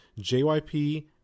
JYP